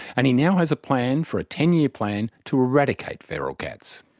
and he now has a plan for a ten year plan to eradicate feral cats.